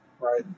right